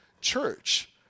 church